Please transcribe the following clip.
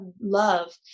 love